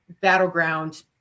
battleground